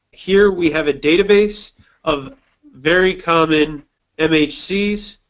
here we have a database of very common mhcs,